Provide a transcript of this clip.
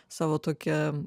savo tokią